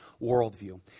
worldview